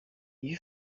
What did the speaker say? iyo